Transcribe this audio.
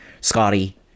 Scotty